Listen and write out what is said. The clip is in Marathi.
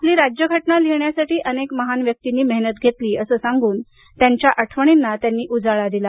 आपली राज्यघटना लिहिण्यासाठी अनेक महान व्यक्तींनी मेहनत घेतली आहे त्यांच्या आठवणींना त्यांनी उजाळा दिला